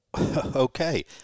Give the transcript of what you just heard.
Okay